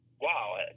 wow